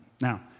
Now